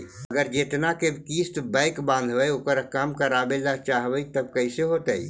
अगर जेतना के किस्त बैक बाँधबे ओकर कम करावे ल चाहबै तब कैसे होतै?